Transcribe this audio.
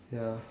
ya